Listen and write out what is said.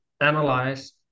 analyze